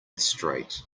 straight